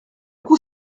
coup